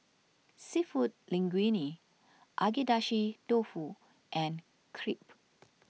Seafood Linguine Agedashi Dofu and Crepe